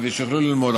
ושיוכלו ללמוד,